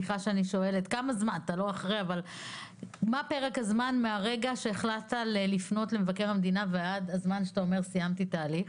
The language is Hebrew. מה פרק הזמן מרגע שהחלטת לפנות למבקר המדינה ועד שסיימת את ההליך?